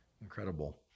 Incredible